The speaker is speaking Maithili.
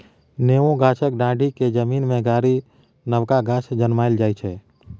नेबो गाछक डांढ़ि केँ जमीन मे गारि नबका गाछ जनमाएल जाइ छै